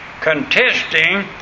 contesting